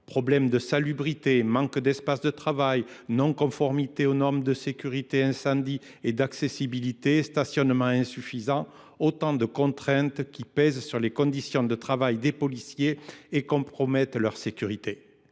Problèmes de salubrité, manque d’espace de travail, non conformité aux normes de sécurité incendie et d’accessibilité, stationnement insuffisant : toutes ces contraintes pèsent sur les conditions de travail des policiers et compromettent leur sécurité.